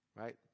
right